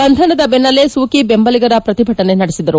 ಬಂಧನದ ಬೆನ್ನಲ್ಲೇ ಸೂಕಿ ಬೆಂಬಲಿಗರ ಪ್ರತಿಭಟನೆ ನಡೆಸಿದರು